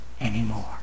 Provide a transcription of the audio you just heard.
anymore